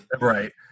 Right